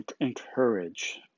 encourage